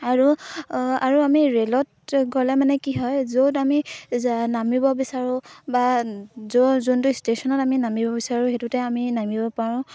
আৰু আৰু আমি ৰে'লত গ'লে মানে কি হয় য'ত আমি নামিব বিচাৰোঁ বা য'ত যোনটো ষ্টেশ্যনত আমি নামিব বিচাৰোঁ সেইটোতে আমি নামিব পাৰোঁ